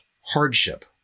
hardship